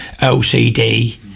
OCD